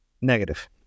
Negative